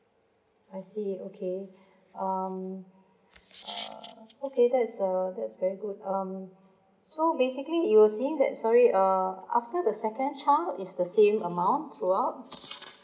I see okay um err okay that's err that's very good um so basically you were saying that sorry uh after the second child is the same amount throughout